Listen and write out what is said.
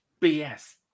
BS